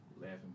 Laughing